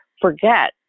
forget